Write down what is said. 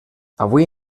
avui